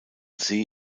see